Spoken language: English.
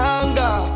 anger